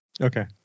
Okay